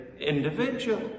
individual